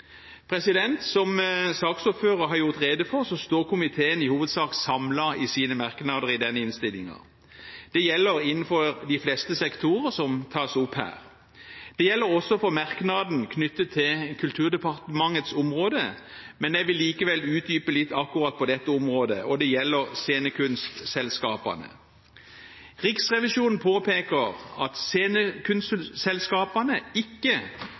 Som saksordføreren har gjort rede for, står komiteen i hovedsak samlet i sine merknader i denne innstillingen. Det gjelder innenfor de fleste sektorer som tas opp her. Det gjelder også for merknaden knyttet til Kulturdepartementets område, men jeg vil likevel utdype litt akkurat på dette området, og det gjelder scenekunstselskapene. Riksrevisjonen påpeker at scenekunstselskapene ikke